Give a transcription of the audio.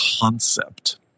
concept